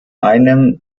einem